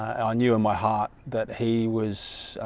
i knew in my heart, that he was?